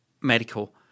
medical